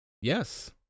Yes